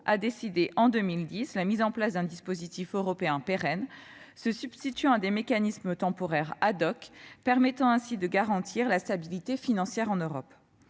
à décider, en 2010, la mise en place d'un dispositif européen pérenne, se substituant à des mécanismes temporaires, et de nature à garantir la stabilité financière en Europe.